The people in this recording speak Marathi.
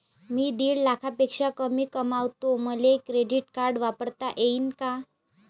मी दीड लाखापेक्षा कमी कमवतो, मले क्रेडिट कार्ड वापरता येईन का?